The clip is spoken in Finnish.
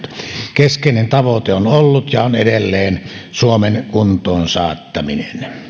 keskeinen tavoite on ollut ja on edelleen suomen kuntoon saattaminen